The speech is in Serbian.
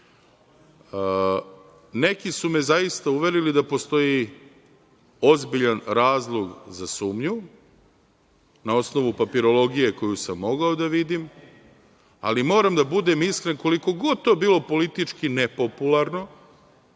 su me zaista uverili da postoji ozbiljan razlog za sumnju, na osnovu papirologije koju sam mogao da vidim, ali moram da budem iskren, koliko god to bilo politički nepopularno,